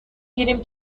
گیریم